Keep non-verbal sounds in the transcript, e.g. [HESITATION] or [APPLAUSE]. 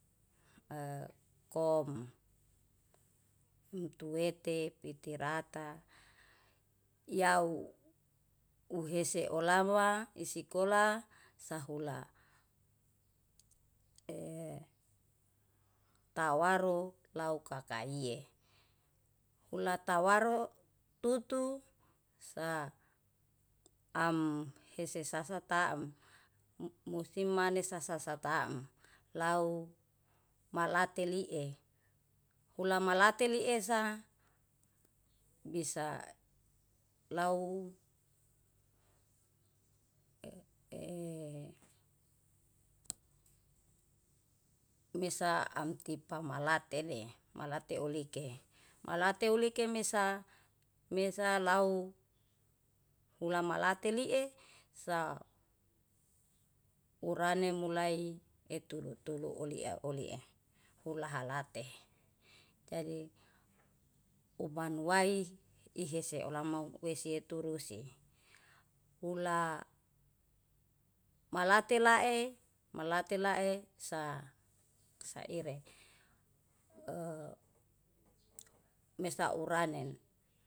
Kom mutuwete, pitirata, yau uhese olama isikola sahula. [HESITATION] tawaru lau kakaie ulatawaru tutu sa amhese sasa taem. Musimanesa sasa taem lau malate lie, ulama malati lie sa bisa lau [HESITATION] mesa amtipamalate le malate ulike, malati ulike mesa lau ulama late lie sa urane mulai eturu tulu olia olie hula halate. Jaji ubanuwai ihise ulamo mau wesie turusi ula malate lae, malate lae saeire [HESITATION] mesa uranen.